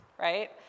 right